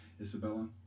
Isabella